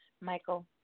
Michael